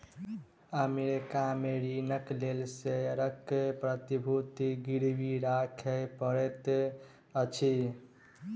America में ऋणक लेल शेयरक प्रतिभूति गिरवी राखय पड़ैत अछि